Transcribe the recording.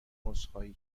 عذرخواهی